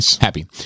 happy